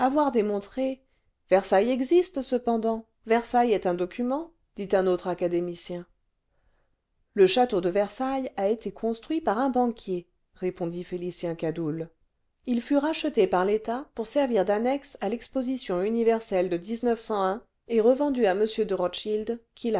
démontré versailles existe cependant versailles est un document dit un antre académicien le château de versailles a été construit par un banquier répondit félicien cadoul il fut racheté par l'état pour servir d'annexé à l'exposition universelle de et revendu à m de rothschild qui